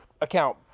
account